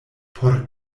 por